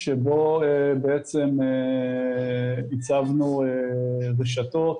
שבו בעצם הצבנו רשתות